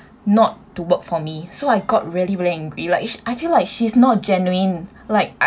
not to work for me so I got really really angry like sh~ I feel like she's not genuine like